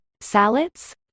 Salads